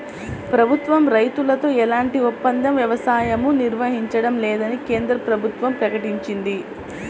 ప్రభుత్వం రైతులతో ఎలాంటి ఒప్పంద వ్యవసాయమూ నిర్వహించడం లేదని కేంద్ర ప్రభుత్వం ప్రకటించింది